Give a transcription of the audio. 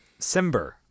simber